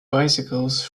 bicycles